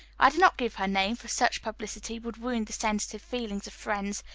i do not give her name, for such publicity would wound the sensitive feelings of friends,